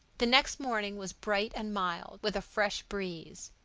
the next morning was bright and mild, with a fresh breeze.